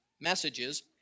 messages